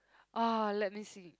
oh let me see